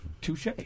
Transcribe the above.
Touche